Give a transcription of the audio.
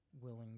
willing